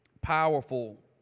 powerful